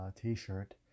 t-shirt